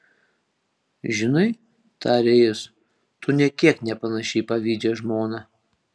žinai tarė jis tu nė kiek nepanaši į pavydžią žmoną